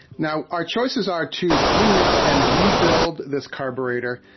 now, our choices are to clean out and rebuild this carburetor,